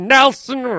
Nelson